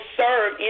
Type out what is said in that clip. serve